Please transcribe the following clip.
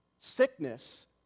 Sickness